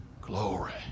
Glory